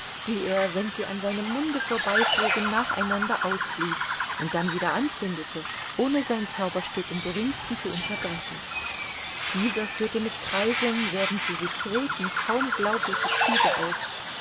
die er wenn sie an seinem munde vorbeiflogen nacheinander ausblies und dann wieder anzündete ohne sein zauberstück im geringsten zu unterbrechen dieser führte mit kreiseln während sie sich drehten kaum glaubliche züge aus